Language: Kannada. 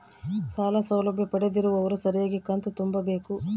ಸಾಲ ಸೌಲಭ್ಯ ಪಡೆದಿರುವವರು ಸರಿಯಾಗಿ ಕಂತು ತುಂಬಬೇಕು?